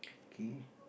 K